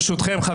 ברשותכם,